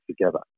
together